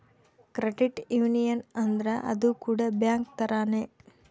credit union ಅಂದ್ರ ಅದು ಕೂಡ ಬ್ಯಾಂಕ್ ತರಾನೇ